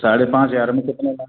साढ़े पाँच हज़ार में कितने का